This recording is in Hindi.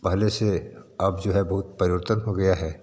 पहले से अब जो है बहुत परिवर्तन हो गया है